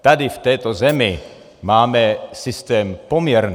Tady v této zemi máme systém poměrný.